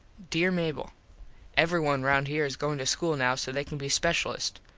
dere mable everyone round here is goin to school now so they can be speshulists.